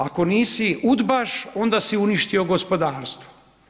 Ako nisi udbaš, onda si uništio gospodarstvo.